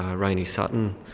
ah renee sutton,